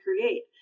create